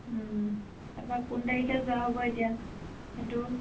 তাপা কোন তাৰিখে যোৱা হ'ব এতিয়া সেইটো